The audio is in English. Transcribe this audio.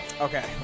okay